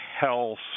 health